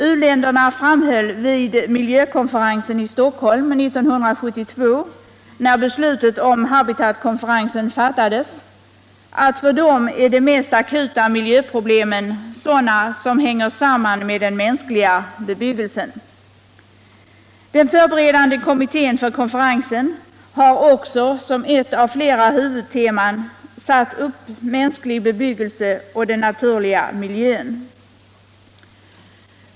U-länderna framhöll vid miljökonferensen i Stockholm 1972, när beslutet om HABITAT-konferensen fattades, att de för dem akuta miljöproblemen är sådana som hänger samman med den mänskliga bebyggelsen. Den förberedande kommittén för konferensen har också som ett av flera huvudteman satt upp mänsklig bebyggelse och den naturliga miljön.